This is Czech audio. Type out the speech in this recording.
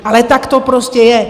Ale tak to prostě je.